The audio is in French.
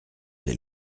des